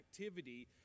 activity